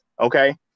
Okay